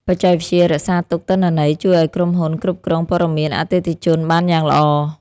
បច្ចេកវិទ្យារក្សាទុកទិន្នន័យ ជួយឱ្យក្រុមហ៊ុនគ្រប់គ្រងព័ត៌មានអតិថិជនបានយ៉ាងល្អ។